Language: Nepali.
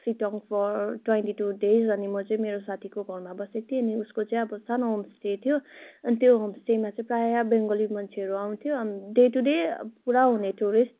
sitting for twenty two days अनि म चाहिँ मेरो साथीको घरमा बसेको थिएँ अनि उसको चाहिँ अब सानो होमस्टे थियो अनि त्यो होमस्टेमा चाहिँ प्राय बङ्गाली मान्छेहरू आउँथ्यो डे टू डे पुरा हुने टुरिस्ट